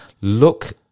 Look